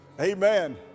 Amen